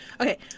Okay